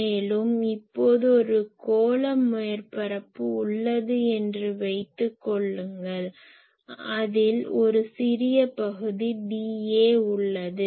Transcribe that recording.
மேலும் இப்போது ஒரு கோள மேற்பரப்பு உள்ளது என்று வைத்துக் கொள்ளுங்கள் அதில் ஒரு சிறிய பகுதி dA உள்ளது